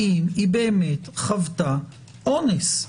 האם היא באמת חוותה אונס,